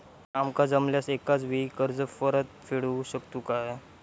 आमका जमल्यास एकाच वेळी कर्ज परत फेडू शकतू काय?